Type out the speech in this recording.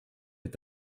est